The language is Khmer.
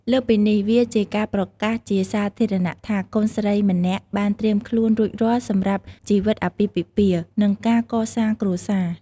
លើសពីនេះ វាជាការប្រកាសជាសាធារណៈថា កូនស្រីម្នាក់បានត្រៀមខ្លួនរួចរាល់សម្រាប់ជីវិតអាពាហ៍ពិពាហ៍ និងការកសាងគ្រួសារ។